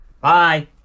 Bye